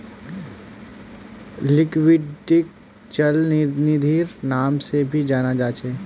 लिक्विडिटीक चल निधिर नाम से भी जाना जा छे